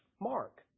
mark